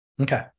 Okay